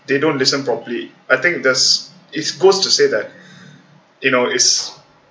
they don't listen properly I think the its goes to say that you know is